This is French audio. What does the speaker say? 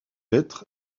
lettres